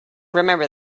remember